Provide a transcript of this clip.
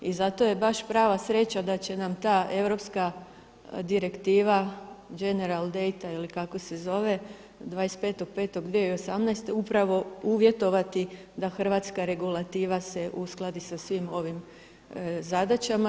I zato je baš prava sreća da će nam ta europska direktiva General data ili kako se zove 25.5.2108. upravo uvjetovati da hrvatska regulativa se uskladi sa svim ovim zadaćama.